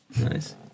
Nice